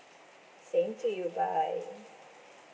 same to you bye